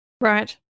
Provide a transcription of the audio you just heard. Right